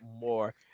more